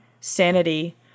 sanity